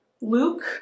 Luke